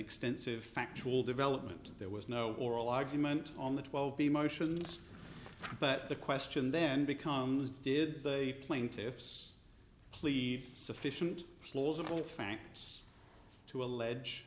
extensive factual development there was no oral argument on the twelve emotions but the question then becomes did they plaintiffs cleaved sufficient